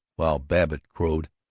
while babbitt crowed,